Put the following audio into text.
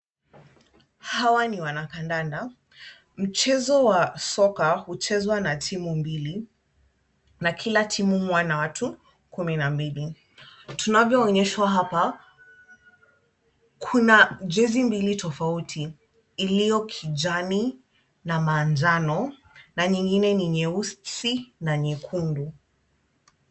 Hawa ni wanakandanda, mchezo wa soka huchezwa na timu mbili na kila timu huwa na watu kumi na mbili tunavyoonyeshwa hapa kuna jezi mbili tofauti iliyo kijani na manjano na nyingine ni nyeusi na nyekundu.